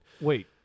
Wait